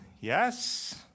yes